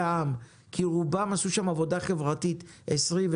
העם כי רובם עשו שם עבודה חברתית במשך 20,